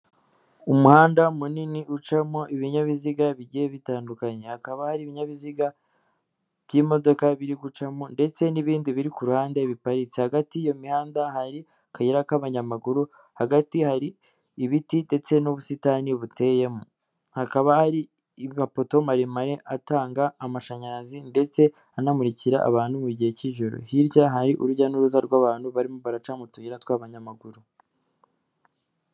Umuhanda munini ucamo ibinyabiziga bigiye bitandukanye, hakaba hari ibinyabiziga by'imodoka biri gucamo ndetse n'ibindi biri ku ruhande biparitse, hagati y'iyo mihanda hari akayira k'abanyamaguru, hagati hari ibiti ndetse n'ubusitani buteyemo, hakaba hari amapoto maremare atanga amashanyarazi ndetse anamurikira abantu mu gihe k'ijoro, hirya hari urujya n'uruza rw'abantu barimo baraca mu tuyira tw'abanyamaguru.